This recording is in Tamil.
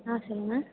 ஆ சொல்லுங்கள்